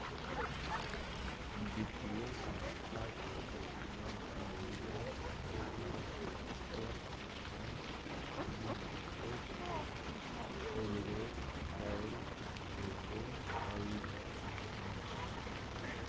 वित्तीय संस्था के रूप में Indian infrastructure finance company limited के उल्लेख कैल गेले हइ